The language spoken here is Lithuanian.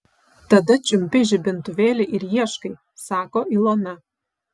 tada čiumpi žibintuvėlį ir ieškai sako ilona